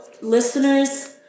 Listeners